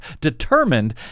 determined